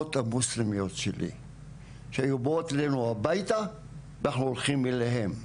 לחברות המוסלמיות שלי שהיו באות אלינו הביתה ואנחנו הולכים אליהם,